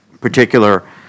particular